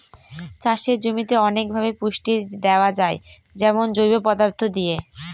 চাষের জমিতে অনেকভাবে পুষ্টি দেয়া যায় যেমন জৈব পদার্থ দিয়ে